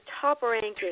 top-ranking